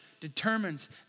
determines